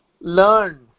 learn